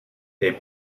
they